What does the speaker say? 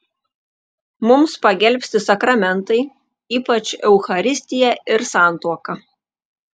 mums pagelbsti sakramentai ypač eucharistija ir santuoka